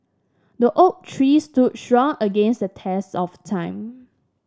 the oak tree stood strong against the test of time